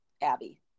Abby